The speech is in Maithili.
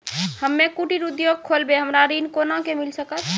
हम्मे कुटीर उद्योग खोलबै हमरा ऋण कोना के मिल सकत?